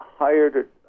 hired